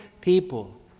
people